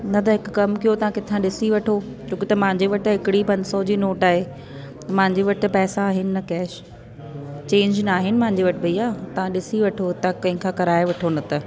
न त हिकु कमु कयो किथा ॾिसी वठो छो की त मुंहिंजे वटि हिकिड़ी पंज सौ जी नोट आहे मुंहिंजे वटि पैसा आहिनि न कैश चेंज न आहिनि मुंहिंजे वटि भईया तव्हां ॾिसी वठो तव्हां कंहिंखां कराइ वठो न त